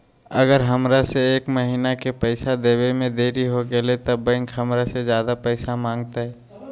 अगर हमरा से एक महीना के पैसा देवे में देरी होगलइ तब बैंक हमरा से ज्यादा पैसा मंगतइ?